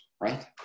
right